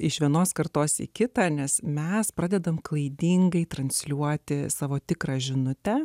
iš vienos kartos į kitą nes mes pradedame klaidingai transliuoti savo tikrą žinute